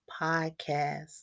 podcast